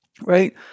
Right